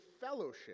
fellowship